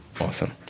Awesome